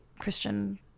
christian